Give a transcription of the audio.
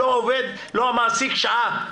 עובד, המעסיק לא משלם שעה,